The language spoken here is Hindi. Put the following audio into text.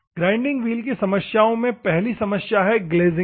ग्राइंडिंग व्हील की समस्याओं में पहली है ग्लेजिंग